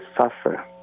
suffer